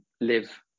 live